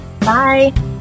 Bye